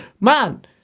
Man